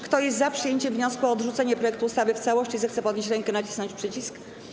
Kto jest za przyjęciem wniosku o odrzucenie projektu ustawy w całości, zechce podnieść rękę i nacisnąć przycisk.